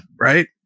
right